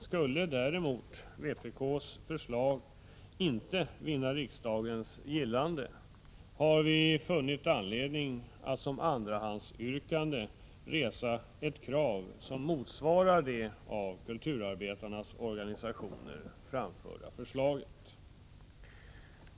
Skulle däremot vpk:s förslag inte vinna riksdagens gillande, har vi funnit anledning att som andrahandsyrkande resa ett krav som motsvarar det av kulturarbetarnas organisationer framförda förslaget.